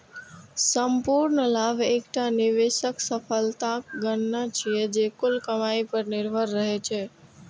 संपूर्ण लाभ एकटा निवेशक सफलताक गणना छियै, जे कुल कमाइ पर निर्भर रहै छै